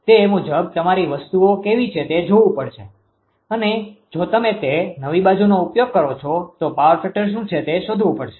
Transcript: તે મુજબ તમારી વસ્તુઓ કેવી છે તે જોવું પડે છે અને જો તમે તે નવી બાજુનો ઉપયોગ કરો છો તો પાવર ફેક્ટર શું છે તે શોધવું પડશે